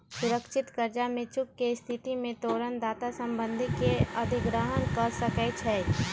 सुरक्षित करजा में चूक के स्थिति में तोरण दाता संपत्ति के अधिग्रहण कऽ सकै छइ